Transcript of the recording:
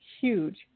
huge